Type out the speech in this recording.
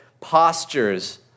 postures